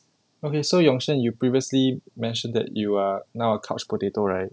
okay so yong shen you previously mentioned that you are now a couch potato right